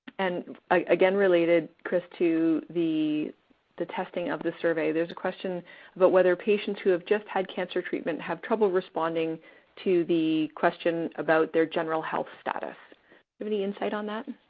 and again, related, chris, to the the testing of the survey, there's a question about but whether patients who have just had cancer treatment have trouble responding to the question about their general health status. have any insight on that?